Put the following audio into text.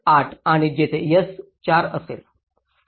8 आणि येथे S 4 असेल